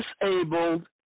disabled